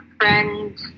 friend